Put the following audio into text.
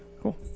cool